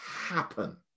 happen